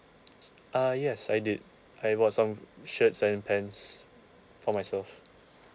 uh yes I did I bought some shirts and pants for myself